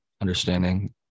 understanding